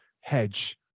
hedge